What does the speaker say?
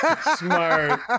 Smart